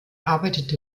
arbeitete